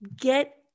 get